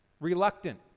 Reluctant